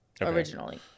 originally